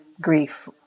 grief